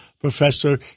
Professor